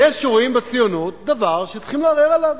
ויש שרואים בציונות דבר שצריכים לערער עליו.